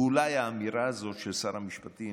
ואולי האמירה הזאת של שר המשפטים